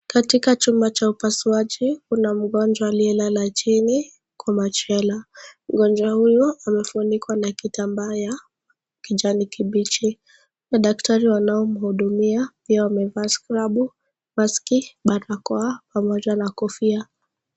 Katika chumba cha upasuaji, kuna mgonjwa aliyelala chini kwa machela. Mgonjwa huyu, amefunikwa na kitambaa ya kijani kibichi na daktari wanaomhudumia pia wamevaa scrubu, maski barakoa pamoja na kofia.